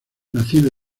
nacido